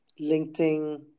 LinkedIn